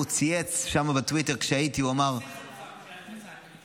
הוא צייץ בטוויטר כשהייתי, והוא אמר